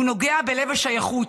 הוא נוגע בלב השייכות,